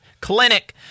Clinic